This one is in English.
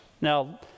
Now